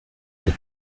les